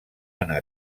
anar